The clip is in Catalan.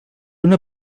una